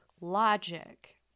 logic